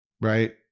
Right